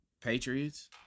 Patriots